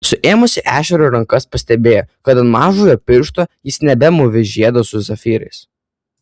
suėmusi ešerio rankas pastebėjo kad ant mažojo piršto jis nebemūvi žiedo su safyrais